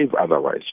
otherwise